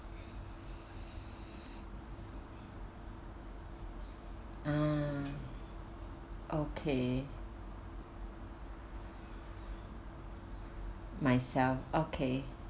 ah okay myself okay